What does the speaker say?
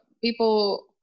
people